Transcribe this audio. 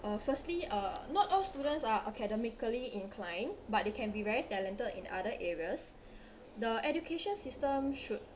uh firstly uh not all students are academically inclined but they can be very talented in other areas the education system should